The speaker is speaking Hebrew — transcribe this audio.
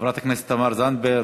חברת הכנסת תמר זנדברג,